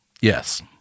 Yes